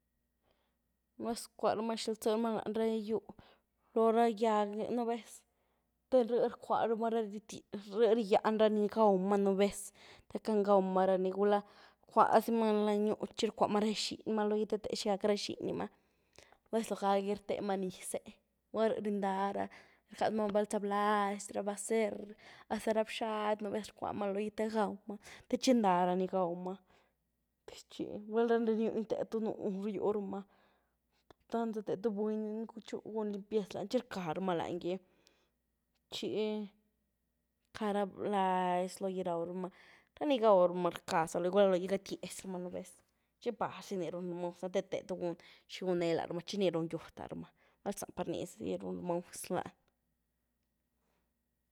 Nubéz rcuarumaa xiílzirumaa lanyí ra yuú, lora gyiagéh, nubéz, tíé ríé rcuarumaa ríé ríán rani ni gaumaa nubéz, té gac' gan gaumaa raní gula rcuazimaan lanyí nyúh chi rcuamaa ra zhinymaa logí té té xi gac' ra zhinyímaa, nubéz logagí rtémaa nyis'é, gula ríé rindará bal za bláhzy, ra baser, hasta ra bxady nubéz rcuamaa logí té gaumaa, té chindá ra ni gaumaa techi, bal lanyí nyúh té tu nú ryúramaa, tanzá té tú buny gúchu limpiez lán chi rcaramaa lanyí gí chi rcara bláhzy logí rauramaa, ra ni gaumaa rcá za logí, gul la logí gatyiezamaa nubéz chi par zini rúnramaa uz ni té téh gun xigune laramaa chi ni run yud laramaa, bal zá par nizí runmaa uz lan.